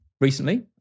recently